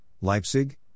Leipzig